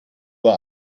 uhr